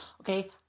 okay